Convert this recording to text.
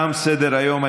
תם סדר-היום.